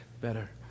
better